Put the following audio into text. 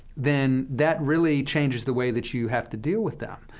then that really changes the way that you have to deal with them.